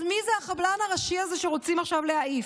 אז מי זה "החבלן הראשי" הזה שרוצים עכשיו להעיף?